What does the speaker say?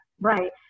right